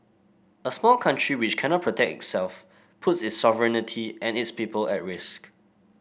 a small country which cannot protect itself puts its sovereignty and its people at risk